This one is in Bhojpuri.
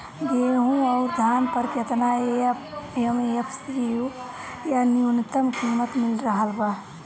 गेहूं अउर धान पर केतना एम.एफ.सी या न्यूनतम कीमत मिल रहल बा?